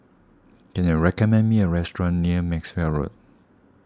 can you recommend me a restaurant near Maxwell Road